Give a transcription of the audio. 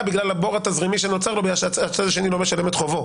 בגלל הבור התזרימי שנוצר לו בגלל שהצד השני לא משלם את חובו.